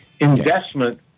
Investment